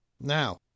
Now